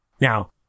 Now